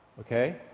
Okay